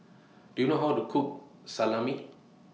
Do YOU know How to Cook Salami